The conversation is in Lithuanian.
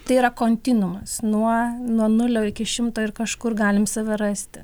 tai yra kontinuumas nuo nuo nulio iki šimto ir kažkur galim save rasti